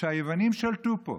שהיוונים שלטו פה,